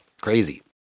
Crazy